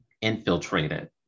infiltrated